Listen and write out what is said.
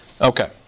Okay